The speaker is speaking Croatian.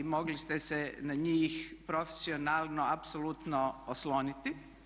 Mogli ste se na njih profesionalno apsolutno osloniti.